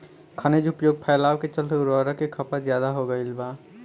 खनिज उपयोग फैलाव के चलते उर्वरक के खपत ज्यादा हो गईल बा